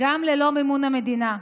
גם ללא מימון המדינה.